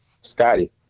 Scotty